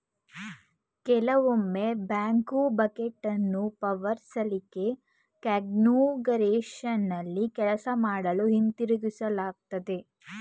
ಕೆಲವೊಮ್ಮೆ ಬ್ಯಾಕ್ಹೋ ಬಕೆಟನ್ನು ಪವರ್ ಸಲಿಕೆ ಕಾನ್ಫಿಗರೇಶನ್ನಲ್ಲಿ ಕೆಲಸ ಮಾಡಲು ಹಿಂತಿರುಗಿಸಲಾಗ್ತದೆ